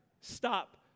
stop